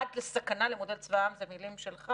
עד לסכנה למודל צבא העם זה מילים שלך